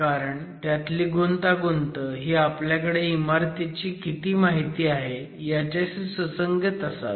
कारण त्यातली गुंतागुंत ही आपल्याकडे इमारतीची किती माहिती आहे याच्याशी सुसंगत असावी